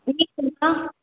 mini phulka